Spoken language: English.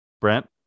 Brent